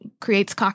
creates